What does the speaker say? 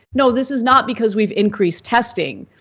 no this is not because we've increased testing,